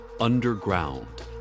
underground